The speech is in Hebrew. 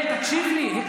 בצלאל, תקשיב לי.